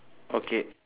okay